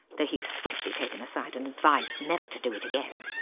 though he was swiftly taken aside and advised never to do it again.